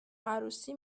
عروسی